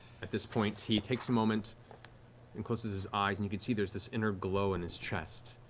at this point, he takes a moment and closes his eyes, and you can see there's this inner glow in his chest,